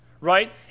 right